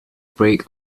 break